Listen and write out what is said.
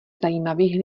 zajímavých